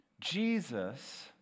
Jesus